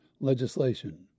legislation